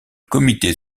comité